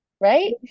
Right